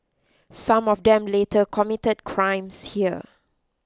some of them later committed crimes here